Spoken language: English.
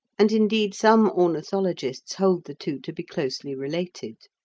and, indeed, some ornithologists hold the two to be closely related.